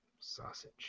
Sausage